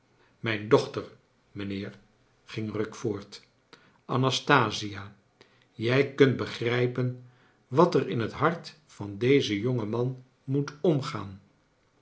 mijn dochter mijnheer ging rugg voort j anastasia jij kunt begrijpen wat er in het hart van dezen jongen man moet omgaan